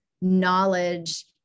knowledge